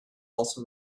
also